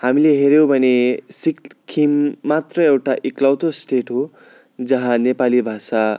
हामीले हेऱ्यौँ भने सिक्किम मात्र एउटा एकलौतो स्टेट हो जहाँ नेपाली भाषा